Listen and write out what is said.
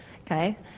okay